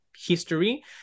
history